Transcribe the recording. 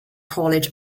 college